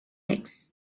hex